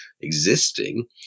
existing